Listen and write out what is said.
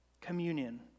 communion